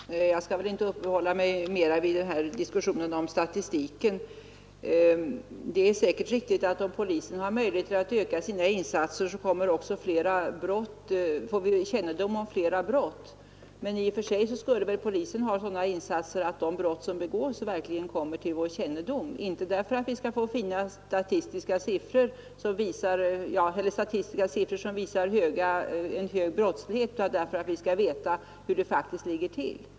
Herr talman! Jag skall väl inte uppehålla mig mera vid den här diskussionen om statistiken. Det är säkerligen riktigt att om polisen har möjligheter att öka sina insatser, så får vi kännedom om flera brott. Men i och för sig skulle väl polisen ha resurser att göra sådana insatser att de brott som begås verkligen kommer till vår kännedom, inte därför att vi skall få statistiska siffror som visar en hög brottslighet utan därför att vi skall veta hur det faktiskt ligger till.